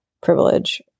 privilege